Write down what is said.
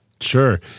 Sure